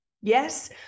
yes